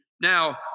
now